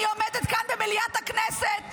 אני עומדת כאן במליאת הכנסת,